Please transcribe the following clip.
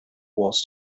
wars